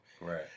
Right